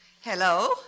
Hello